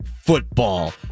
football